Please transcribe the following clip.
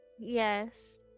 Yes